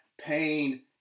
pain